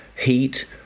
heat